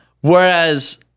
Whereas